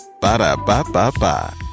Ba-da-ba-ba-ba